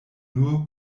nur